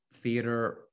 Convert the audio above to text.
theater